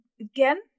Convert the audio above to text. again